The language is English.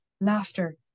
laughter